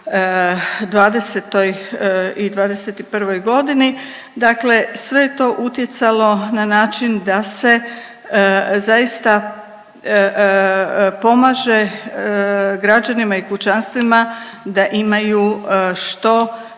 2020. i '21. g. Dakle sve je to utjecalo na način da se zaista pomaže građanima i kućanstvima da imaju što